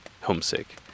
homesick